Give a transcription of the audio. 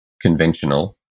conventional